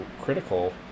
critical